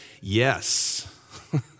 yes